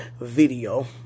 video